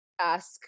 Ask